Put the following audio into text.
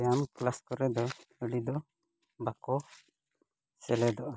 ᱵᱮᱭᱟᱢ ᱠᱮᱞᱟᱥ ᱠᱚᱨᱮ ᱫᱚ ᱟᱹᱰᱤ ᱫᱚ ᱵᱟᱠᱚ ᱥᱮᱞᱮᱫᱚᱜᱼᱟ